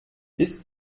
ist